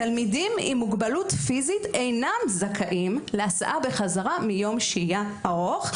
תלמידים עם מוגבלות פיזית אינם זכאים להסעה בחזרה מיום שהייה ארוך".